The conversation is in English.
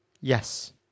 Yes